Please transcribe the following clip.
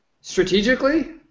Strategically